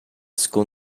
school